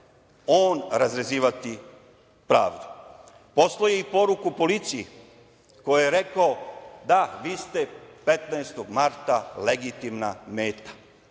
on razrezivati pravdu. Poslao je poruku i policiji kojoj je rekao – da, vi ste 15. marta legitimna meta.